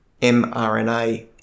mRNA